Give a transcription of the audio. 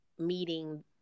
meeting